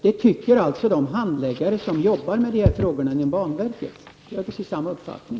Detta tycker de handläggare som arbetar med dessa frågor inom banverket. Jag har precis samma uppfattning.